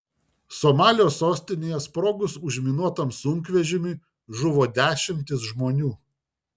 somalio sostinėje sprogus užminuotam sunkvežimiui žuvo dešimtys žmonių